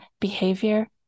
behavior